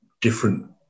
different